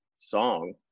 song